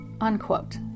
Unquote